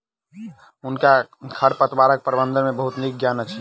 हुनका खरपतवार प्रबंधन के बहुत नीक ज्ञान अछि